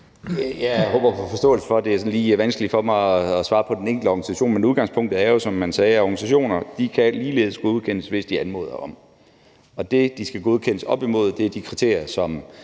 Jeg håber at få forståelse for, at det sådan lige er vanskeligt for mig at svare på det i forhold til den enkelte organisation. Men udgangspunktet er jo som sagt, at organisationer ligeledes kan godkendes, hvis de anmoder om det, og det, de skal godkendes efter, er de kriterier, som